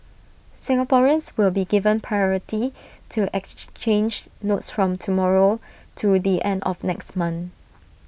Singaporeans will be given priority to exchange notes from tomorrow to the end of next month